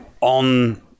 on